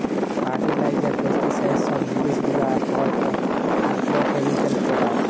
fertiliser, pesticide সব জিলিস গুলা হ্যয় আগ্রকেমিকাল প্রোডাক্ট